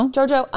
Jojo